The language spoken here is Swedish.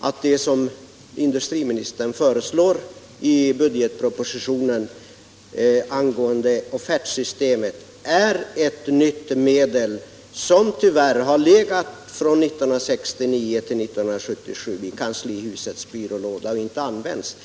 att det som industriministern föreslår i budgetpropositionen angående offertsystemet är ett nytt medel som tyvärr från 1969 till 1977 har legat i en av kanslihusets byrålådor och inte använts.